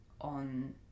on